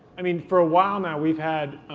i mean for a while now we've had